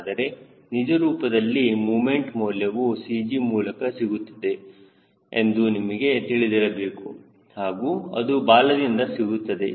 ಆದರೆ ನಿಜರೂಪದಲ್ಲಿ ಮೂಮೆಂಟ್ ಮೌಲ್ಯವು CG ಮೂಲಕ ಸಿಗುತ್ತದೆ ಎಂದು ನಿಮಗೆ ತಿಳಿದಿರಬೇಕು ಹಾಗೂ ಅದು ಬಾಲದಿಂದ ಸಿಗುತ್ತದೆ